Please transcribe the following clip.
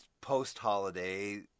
post-holiday